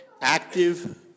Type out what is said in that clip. active